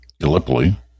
Gallipoli